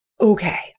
okay